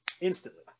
instantly